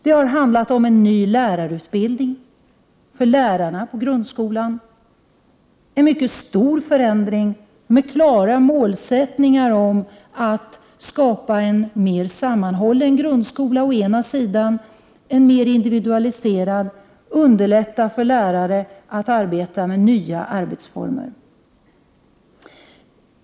Det har handlat om en ny lärarutbildning för lärarna på grundskolan — det var en mycket stor förändring med klara målsättningar att skapa både en mer sammanhållen grundskola och en mer individualiserad och att underlätta för lärarna att arbeta med nya arbetsformer.